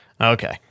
Okay